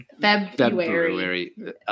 February